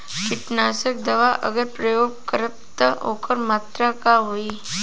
कीटनाशक दवा अगर प्रयोग करब त ओकर मात्रा का होई?